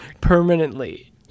Permanently